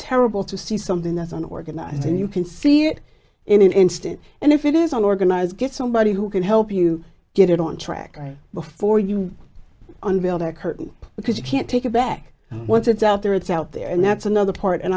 terrible to see something that's on organize and you can see it in an instant and if it isn't organized get somebody who can help you get it on track right before you unveil that curtain because you can't take it back once it's out there it's out there and that's another point and